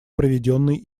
проведенный